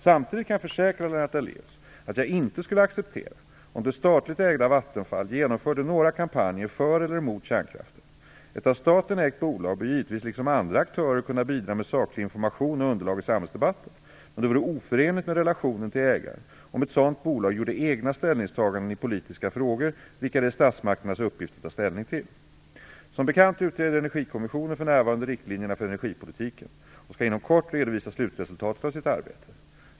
Samtidigt kan jag försäkra Lennart Daléus, att jag inte skulle acceptera om det statligt ägda Vattenfall genomförde några kampanjer för eller emot kärnkraften. Ett av staten ägt bolag bör givetvis liksom andra aktörer kunna bidra med saklig information och underlag i samhällsdebatten. Men det vore oförenligt med relationen till ägaren om ett sådant bolag gjorde egna ställningstaganden i politiska frågor, vilka det är statsmakternas uppgift att ta ställning till. Som bekant utreder Energikommissionen för närvarande riktlinjerna för energipolitiken och skall inom kort redovisa slutresultatet av sitt arbete.